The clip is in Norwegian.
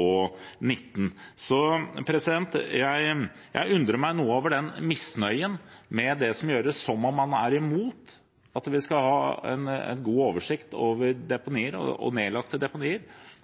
år. Jeg undrer meg noe over misnøyen med det som gjøres. Det er som om man er imot at vi skal ha en god oversikt over deponier,